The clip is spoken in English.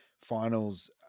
finals